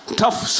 tough